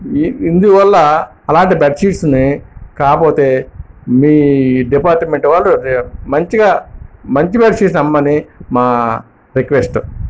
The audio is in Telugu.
ఈ ఇందువల్ల అలాంటి బెడ్షీట్స్ని కాకపోతే మీ డిపార్ట్మెంట్ వాళ్ళు మంచిగా మంచి బెడ్షీట్స్ అమ్మమని మా రిక్వెస్ట్